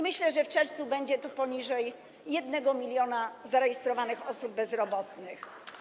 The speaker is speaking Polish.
Myślę, że w czerwcu będzie poniżej 1 mln zarejestrowanych osób bezrobotnych.